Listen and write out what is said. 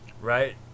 right